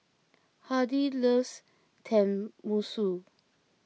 Hardy loves Tenmusu